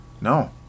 No